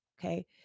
okay